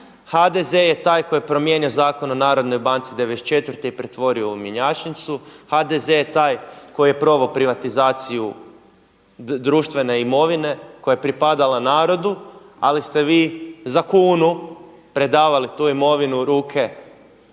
HDZ je taj koji je promijenio Zakon o narodnoj banci '94. i pretvorio u mjenjačnicu. HDZ je taj koji je proveo privatizaciju društvene imovine koja je pripadala narodu, ali ste vi za kunu predavali tu imovinu u ruke